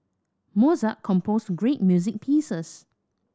Mozart composed great music pieces